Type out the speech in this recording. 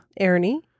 Ernie